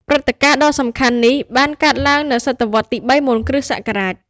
ព្រឹត្តិការណ៍ដ៏សំខាន់នេះបានកើតឡើងនៅសតវត្សរ៍ទី ៣ មុនគ.ស.។